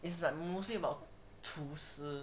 is like mostly about 厨师